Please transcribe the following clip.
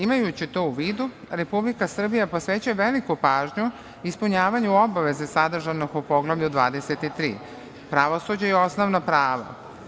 Imajući to u vidu Republika Srbija posvećuje veliku pažnju ispunjavanju obaveze sadržanog u Poglavlju 23, pravosuđe i osnovno pravo.